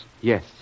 Yes